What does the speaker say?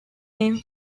name